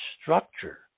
structure